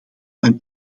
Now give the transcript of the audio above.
een